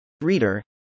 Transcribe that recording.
Reader